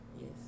Yes